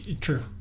True